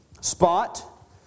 Spot